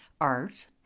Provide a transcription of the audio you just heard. art